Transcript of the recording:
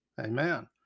Amen